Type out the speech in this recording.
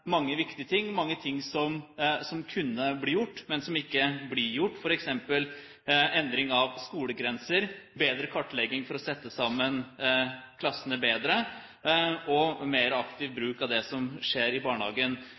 mange viktige ting, mange ting som kunne blitt gjort, men som ikke blir gjort, f.eks. endring av skolegrenser, bedre kartlegging for å sette sammen klassene bedre og mer aktiv bruk av det som skjer i barnehagen.